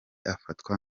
afatwa